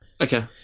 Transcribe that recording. okay